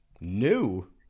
new